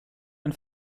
ein